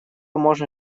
можно